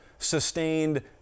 sustained